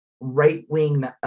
right-wing